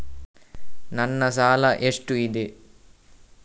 ನನ್ನ ಸಾಲ ಎಷ್ಟು ಇದೆ?